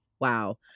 wow